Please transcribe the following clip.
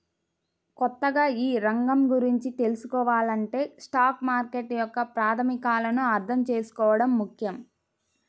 కొత్తగా ఈ రంగం గురించి తెల్సుకోవాలంటే స్టాక్ మార్కెట్ యొక్క ప్రాథమికాలను అర్థం చేసుకోవడం ముఖ్యం